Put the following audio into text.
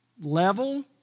level